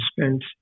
spent